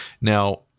Now